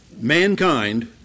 Mankind